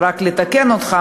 רק לתקן אותך,